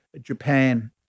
Japan